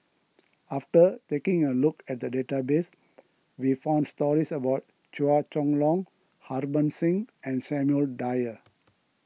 after taking a look at the database we found stories about Chua Chong Long Harbans Singh and Samuel Dyer